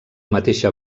mateixa